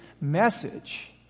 message